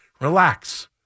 Relax